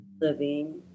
living